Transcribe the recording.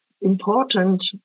important